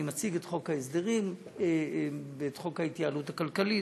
מציג את חוק ההסדרים ואת חוק ההתייעלות הכלכלית.